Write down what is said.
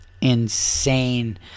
insane